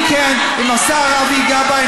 אני כן, עם השר אבי גבאי.